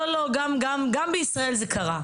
לא, לא, גם בישראל זה קרה.